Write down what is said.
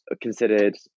considered